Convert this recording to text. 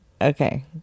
Okay